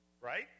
right